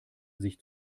sich